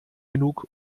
genug